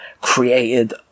created